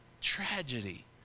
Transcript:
tragedy